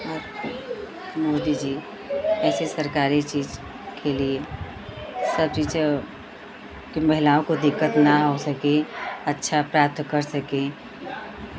मोदी जी ऐसी सरकारी चीज़ के लिए सब चीज़ों कि महिलाओं को दिक्कत ना हो सके अच्छा प्राप्त कर सकें